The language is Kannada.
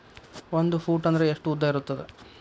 ಒಂದು ಫೂಟ್ ಅಂದ್ರೆ ಎಷ್ಟು ಉದ್ದ ಇರುತ್ತದ?